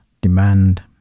demand